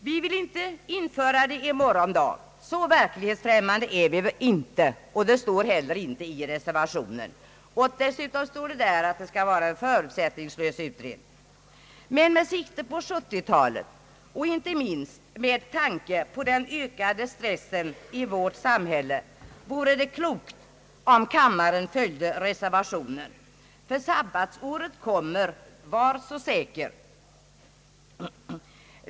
Vi vill inte införa systemet i morgon, så verklighetsfrämmande är vi inte, och det står heller inte i reservationen. Vad vi begär är en förutsättningslös utredning. Med sikte på 1970 talet och inte minst med tanke på den ökade stressen i vårt samhälle vore det klokt om kammaren följde reservationen. Ty sabbatsåret kommer, var så säker!